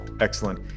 Excellent